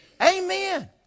Amen